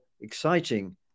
exciting